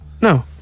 No